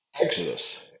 Exodus